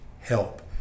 help